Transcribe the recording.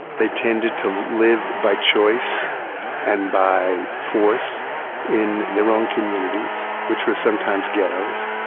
they tended to live by choice and by force in their own communities which were sometimes ghettos.